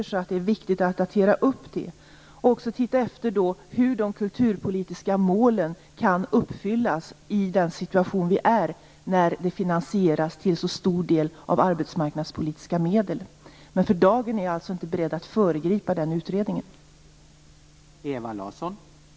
Dessa siffror är möjligen litet gamla, så det är viktigt att uppdatera dem och se hur de kulturpolitiska målen kan uppfyllas i den situation vi har när kulturen till så stor del finansieras av arbetsmarknadspolitiska medel. Men för dagen är jag inte beredd att föregripa utredningens arbete.